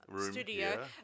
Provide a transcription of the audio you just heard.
studio